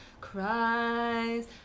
cries